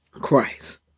Christ